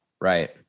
Right